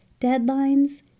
deadlines